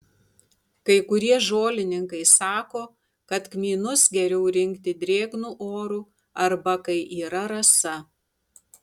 kai kurie žolininkai sako kad kmynus geriau rinkti drėgnu oru arba kai yra rasa